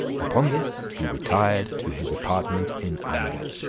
upon this he retired to his apartment in anger.